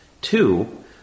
Two